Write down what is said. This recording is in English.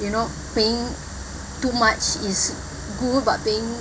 you know paying too much is good but paying